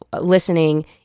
listening